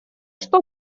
что